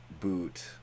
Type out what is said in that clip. boot